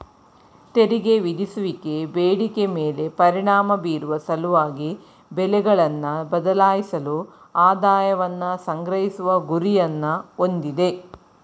ತೆರಿಗೆ ವಿಧಿಸುವಿಕೆ ಬೇಡಿಕೆ ಮೇಲೆ ಪರಿಣಾಮ ಬೀರುವ ಸಲುವಾಗಿ ಬೆಲೆಗಳನ್ನ ಬದಲಾಯಿಸಲು ಆದಾಯವನ್ನ ಸಂಗ್ರಹಿಸುವ ಗುರಿಯನ್ನ ಹೊಂದಿದೆ